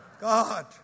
God